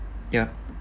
ya